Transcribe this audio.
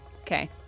Okay